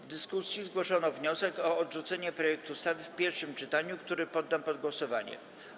W dyskusji zgłoszono wniosek o odrzucenie projektu ustawy w pierwszym czytaniu, który poddam pod głosowanie.